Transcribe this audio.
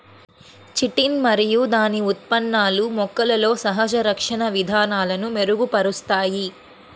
chitin మరియు దాని ఉత్పన్నాలు మొక్కలలో సహజ రక్షణ విధానాలను మెరుగుపరుస్తాయి